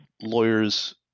lawyers